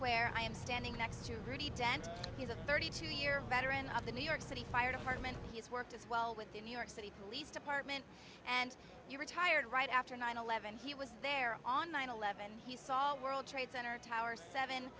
square i'm standing next to pretty damn he's a thirty two year veteran of the new york city fire department he's worked as well with the new york city police department and he retired right after nine eleven he was there on nine eleven he saw world trade center tower seven